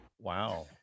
Wow